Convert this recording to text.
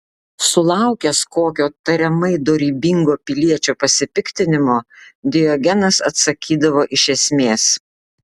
sulaukęs kokio tariamai dorybingo piliečio pasipiktinimo diogenas atsakydavo iš esmės